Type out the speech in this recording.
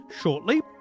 shortly